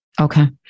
Okay